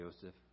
Joseph